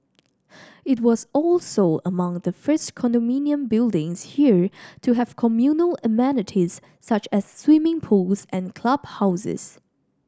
it was also among the first condominium buildings here to have communal amenities such as swimming pools and clubhouses